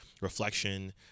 reflection